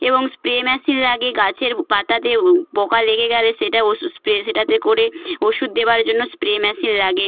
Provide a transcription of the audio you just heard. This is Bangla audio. এবং স্প্রে মেশিন লাগে গাছের পাতাতে পোকা লেগে গেলে সেটা ওষুধ স্প্রে সেটাতে করে ওষুধ দেওয়ার জন্য স্প্রে মেশিন লাগে